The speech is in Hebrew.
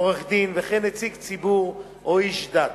עורך-דין וכן נציג ציבור או איש דת,